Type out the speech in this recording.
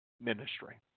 ministry